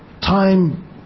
time